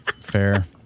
fair